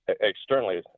externally